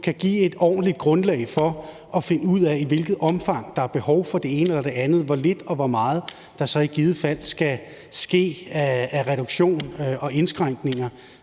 kan give et ordentligt grundlag for at finde ud af, i hvilket omfang der er behov for det ene eller det andet, og hvor lidt og hvor meget der så i givet fald skal ske af reduktioner og indskrænkninger